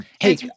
Hey